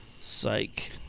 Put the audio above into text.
Psych